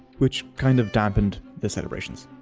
which kind of dampened the celebrations.